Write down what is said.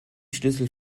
schlüssel